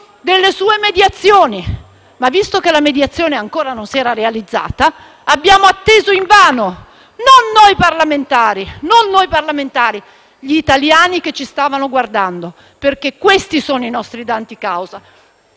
delle sue mediazioni, ma visto che la mediazione ancora non si era realizzata, abbiamo atteso invano, non noi parlamentari, ma gli italiani che ci stavano guardando, perché questi sono i nostri danti causa.